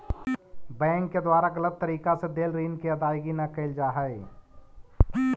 bank के द्वारा गलत तरीका से देल ऋण के अदायगी न कैल जा हइ